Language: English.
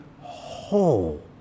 whole